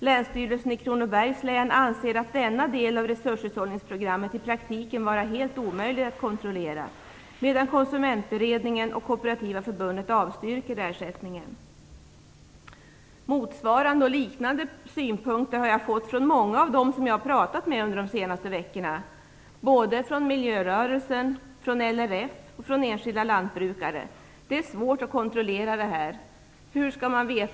Länsstyrelsen i Kronobergs län anser denna del av resurshushållningsprogrammet i praktiken vara helt omöjlig att kontrollera medan Konsumentberedningen och Kooperativa förbundet avstyrker ersättningen." Motsvarande och liknande synpunkter har jag fått från många av dem jag har pratat med under de senaste veckorna, både från miljörörelsen, LRF och enskilda lantbrukare. Det är svårt att kontrollera denna fråga.